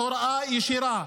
בהוראה ישירה.